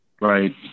Right